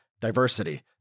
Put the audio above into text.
Diversity